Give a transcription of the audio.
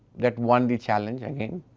that won the challenge again.